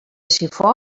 sifó